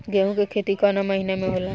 गेहूँ के खेती कवना महीना में होला?